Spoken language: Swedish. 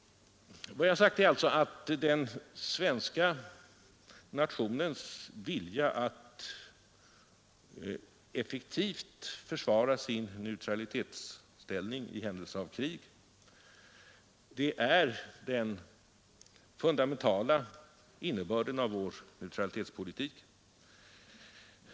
Vad jag sagt är alltså att den svenska nationens vilja att effektivt försvara sin neutralitetsställning i händelse av krig är den fundamentala innebörden av vår neutralitetspolitik.